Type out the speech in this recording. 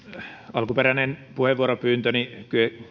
alkuperäinen puheenvuoropyyntöni